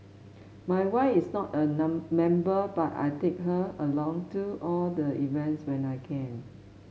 my wife is not a member but I take her along to all the events when I can